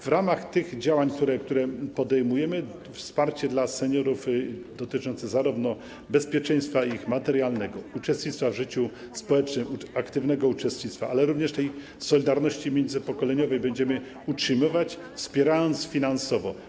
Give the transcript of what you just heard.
W ramach tych działań, które podejmujemy, wsparcie dla seniorów dotyczące ich materialnego bezpieczeństwa, uczestnictwa w życiu społecznym, aktywnego uczestnictwa, ale również tej solidarności międzypokoleniowej będziemy utrzymywać, wspierając finansowo.